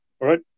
Right